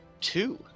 Two